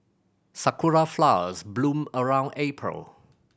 sakura flowers bloom around April